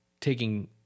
taking